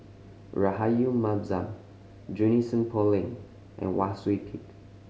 Rahayu Mahzam Junie Sng Poh Leng and Wang Sui Pick